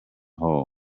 hole